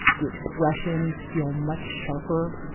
the expressions feel much sharper,